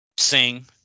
Sing